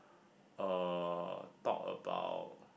uh talk about